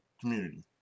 community